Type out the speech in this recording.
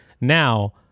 Now